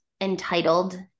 entitled